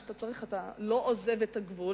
שאתה לא עוזב את הגבול,